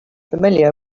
familiar